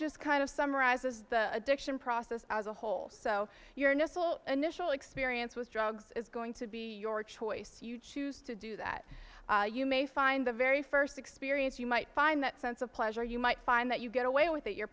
just kind of summarizes the addiction process as a whole so your nestle initial experience with drugs is going to be your choice you choose to do that you may find the very first experience you might find that sense of pleasure you might find that you get away with that your